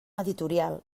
editorial